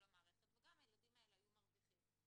המערכת וגם הילדים האלה היו מרוויחים.